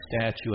statue